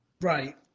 Right